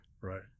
right